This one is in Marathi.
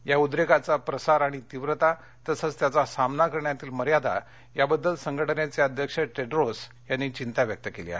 या उद्रेकाचा प्रसार आणि तीव्रता तसंच त्याचा सामना करण्यातील मर्यादा याबद्दल संघटनेचे अध्यक्ष टेड्रोस यांनी चिंता व्यक्त केली आहे